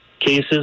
cases